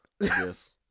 Yes